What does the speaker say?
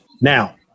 now